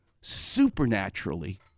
supernaturally